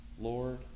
Lord